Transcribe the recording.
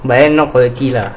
but then not quality lah